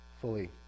fully